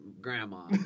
Grandma